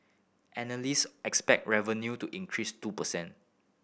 analyst expected revenue to increase two per cent